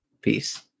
Peace